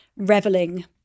reveling